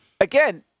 Again